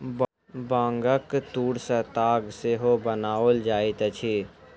बांगक तूर सॅ ताग सेहो बनाओल जाइत अछि